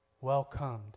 Welcomed